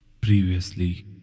Previously